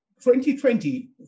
2020